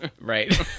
right